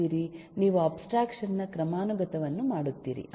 ನೀವು ಅಬ್ಸ್ಟ್ರಾಕ್ಷನ್ ನ ಕ್ರಮಾನುಗತವನ್ನು ಮಾಡುತ್ತೀರಿ